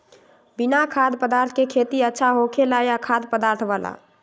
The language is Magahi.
बिना खाद्य पदार्थ के खेती अच्छा होखेला या खाद्य पदार्थ वाला?